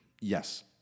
Yes